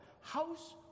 House